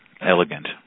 elegant